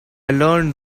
learned